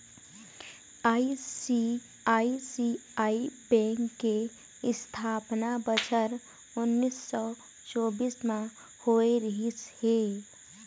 ICICI bank के इस्थापना बछर उन्नीस सौ चउरानबे म होय रिहिस हे